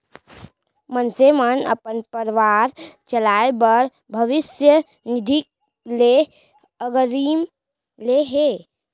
मनसे मन अपन परवार चलाए बर भविस्य निधि ले अगरिम ले हे